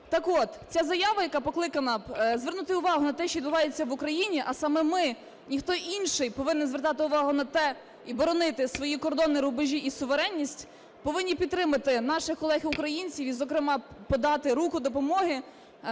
Так от, ця заява, яка покликана звернути увагу на те, що відбувається в Україні, а саме ми, ніхто інший, повинні звертати увагу на те і боронити свої кордони, рубежі і суверенність, повинні підтримати наших колег-українців і зокрема подати руку допомоги